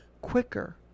quicker